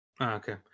Okay